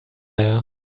there